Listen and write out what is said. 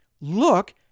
look